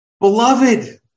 Beloved